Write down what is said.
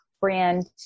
brand